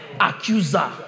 accuser